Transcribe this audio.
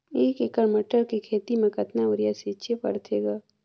एक एकड़ मटर के खेती म कतका युरिया छीचे पढ़थे ग?